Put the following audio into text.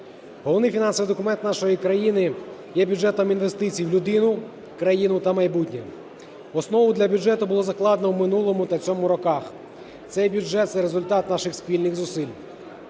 Головний фінансовий документ нашої країни є бюджетом інвестицій в людину, країну та майбутнє. Основу для бюджету було закладено в минулому та цьому роках. Цей бюджет – це результат наших спільних зусиль,